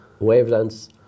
wavelengths